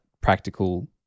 practical